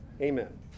Amen